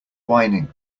whining